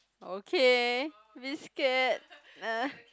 okay bit scared